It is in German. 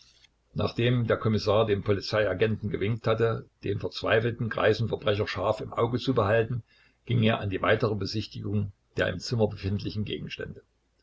nachdem der kommissar dem polizeiagenten gewinkt hatte den verzweifelten greisen verbrecher scharf im auge zu behalten ging er an die weitere besichtigung der im zimmer befindlichen gegenstände